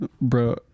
Bro